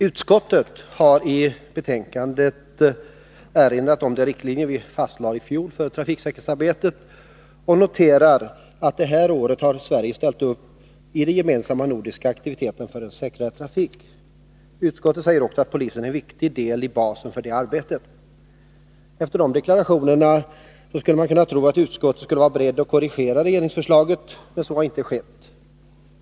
Utskottet har i betänkandet erinrat om de riktlinjer vi fastställde i fjol för trafiksäkerhetsarbetet och noterat att Sverige detta år har ställt upp i den gemensamma nordiska aktiviteten för säkrare trafik. Utskottet säger också att polisen är en viktig del i basen för detta arbete. Efter de deklarationerna skulle man kunna tro att utskottet skulle vara berett att korrigera regeringsförslaget, men så harinte skett.